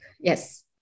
Yes